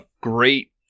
great